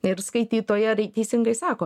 ir skaitytoja teisingai sako